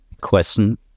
question